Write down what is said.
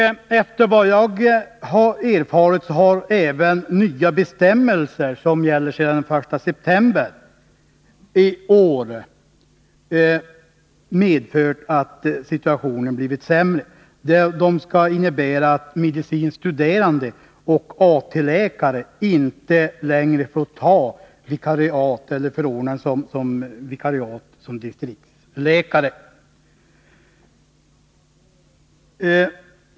Efter vad jag har erfarit har även nya bestämmelser som gäller sedan den 1 september i år medfört att situationen blivit sämre. Bestämmelserna skall enligt uppgift innebära att medicine studerande och AT-läkare inte längre får ha förordnande som vikarierande distriktsläkare.